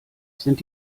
sind